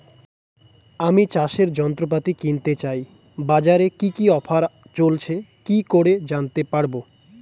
আমি চাষের যন্ত্রপাতি কিনতে চাই বাজারে কি কি অফার চলছে কি করে জানতে পারবো?